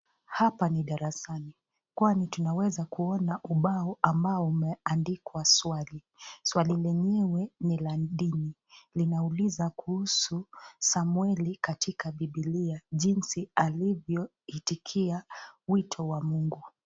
Hapa ni darasani kwani tunaweza kuona ubao ambao umeandikwa swali, swali lenyewe ni la dini, linauliza kuhusu samueli katika Bibilia jinsi alivyo itikia wito wa Mungu.